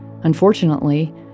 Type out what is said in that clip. Unfortunately